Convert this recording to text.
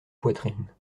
poitrine